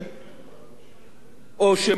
או שמות גנאי דומים לזה,